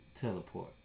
teleport